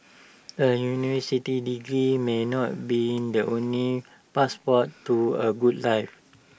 A university degree may not be the only passport to A good life